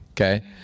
Okay